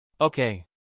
Okay